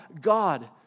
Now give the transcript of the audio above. God